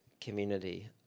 community